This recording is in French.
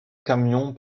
camion